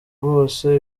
bose